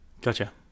Gotcha